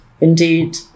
indeed